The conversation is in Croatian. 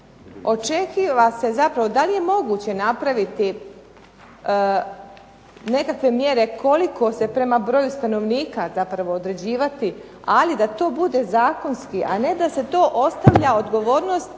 Očekiva se zapravo, da li je moguće napraviti nekakve mjere koliko se prema broju stanovnika zapravo određivati ali da to bude zakonski, a ne da se to ostavlja odgovornost